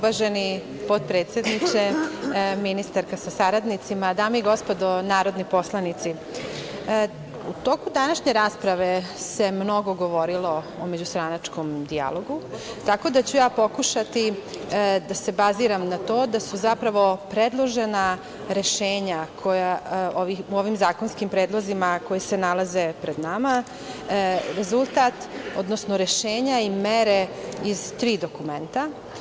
Ministarka sa saradnicima, dame i gospodo narodni poslanici, u toku današnje rasprave se mnogo govorilo o međustranačkom dijalogu, tako da ću ja pokušati da se baziram na to da su zapravo predložena rešenja u ovim zakonskim predlozima koji se nalaze pred nama rezultat, odnosno rešenja i mere iz tri dokumenta.